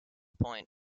point